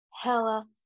hella